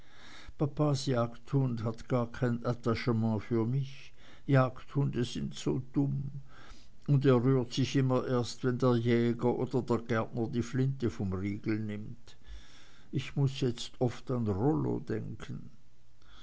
jagdhund hat gar kein attachement für mich jagdhunde sind so dumm und er rührt sich immer erst wenn der jäger oder der gärtner die flinte vom riegel nimmt ich muß jetzt oft an rollo denken